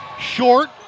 Short